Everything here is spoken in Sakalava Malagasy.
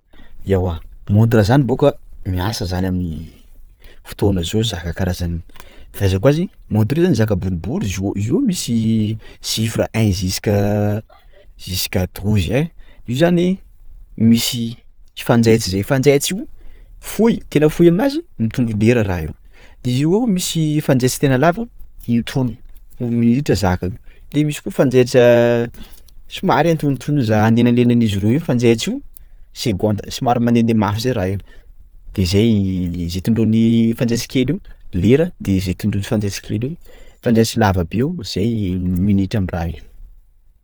Ewa montre zany bôka, miasa zany amin'ny fotoana zao zaka kara zany io, fahaizako azy; montre io zany zaka boribory izy io, izy io misy chiffre un ziska jusqu'à douze ein! _x000D_ Io zany misy fanjaitra zay, fanjaitra io fohy, tena fohy aminazy mitombo lera raha io; de io ao misy fanjaitra tena lava mitondro minitra zaka io, de misy koa fanjaitra somary antonontonony za- anelanelan'izy roa io fanjaitra io, segondra somary mandendeha mafy zay raha io; de zay ze tondron'ny fanjaitra kely io lera, de zay tondroin'ny fanjaitra kely io, fanjaitra lava be io zay minitra amin'ny raha io.